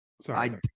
Sorry